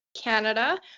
Canada